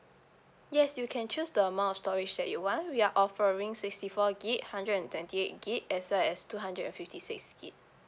yes you can choose the amount of storage that you want we are offering sixty four gig hundred and twenty eight gig as well as two hundred and fifty six gig